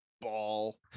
ball